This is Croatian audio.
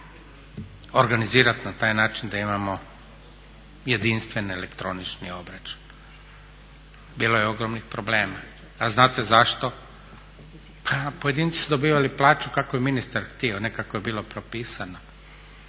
organizirati na taj način da imamo jedinstven elektronični obračun. Bilo je ogromnih problema? A znate zašto? Pa pojedinci su dobivali plaću kako je ministar htio, a ne kako je bilo propisano.